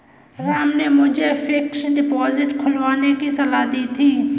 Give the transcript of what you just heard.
राम ने मुझे fixed deposit खुलवाने की सलाह दी थी